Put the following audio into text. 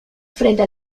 frente